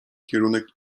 kierunek